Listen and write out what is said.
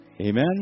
Amen